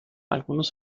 algunos